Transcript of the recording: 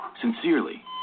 Sincerely